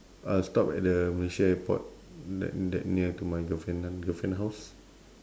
I'll stop at the malaysia airport that that near to my girlfriend one girlfriend house